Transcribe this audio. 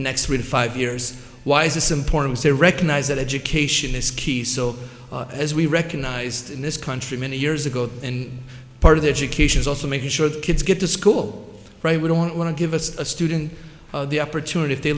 the next three to five years why is this important to recognize that education is key so as we recognized in this country many years ago in part of the education is also making sure the kids get to school right we don't want to give us a student the opportunity if they